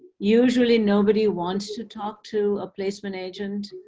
usually, nobody wants to talk to a placement agent